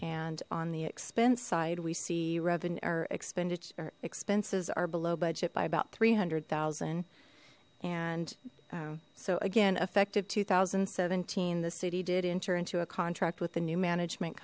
and on the expense side we see revenue expenditure expenses are below budget by about three hundred thousand and so again effective two thousand and seventeen the city did enter into a contract with the new management